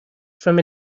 from